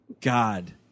God